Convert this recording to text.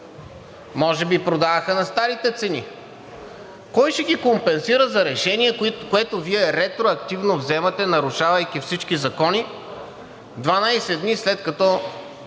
Може би продаваха на старите цени. Кой ще ги компенсира за решение, което Вие ретроактивно вземате, нарушавайки всички закони, 12 дни, след като